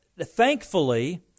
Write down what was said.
Thankfully